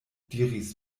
diris